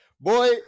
boy